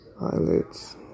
eyelids